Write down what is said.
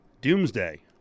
doomsday